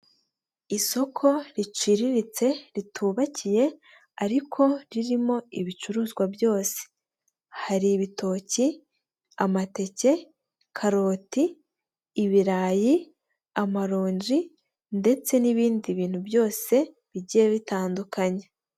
Isoko riciriritse ritubakiye ariko ririmo ibicuruzwa byose. Hari ibitoki, amateke, karoti, ibirayi, amaronji, ndetse n'ibindi bintu byose bigiye bitandukanye.